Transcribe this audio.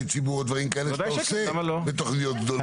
ציבור או דברים כאלה שאתה עושה בתכניות גדולות.